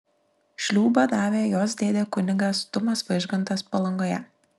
šliūbą davė jos dėdė kunigas tumas vaižgantas palangoje